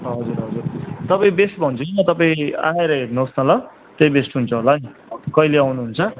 हजुर हजुर तपाईँ बेस्ट भन्छु कि म तपाईँ आएर हेर्नुहोस् न ल त्यही बेस्ट हुन्छ होला नि कहिले आउनुहुन्छ